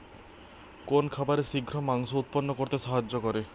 কোন খাবারে শিঘ্র মাংস উৎপন্ন করতে সাহায্য করে?